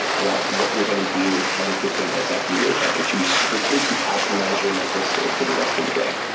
about what you're going to do ten, fifteen minutes after you wake up. it should be scripted to optimize your mental state for the rest of the day.